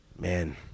Man